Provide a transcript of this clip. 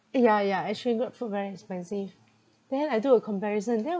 eh ya ya actually Grabfood very expensive then I do a comparison then